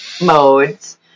modes